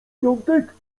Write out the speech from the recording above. piątek